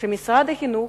שמשרד החינוך,